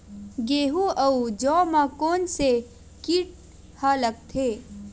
गेहूं अउ जौ मा कोन से कीट हा लगथे?